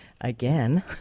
again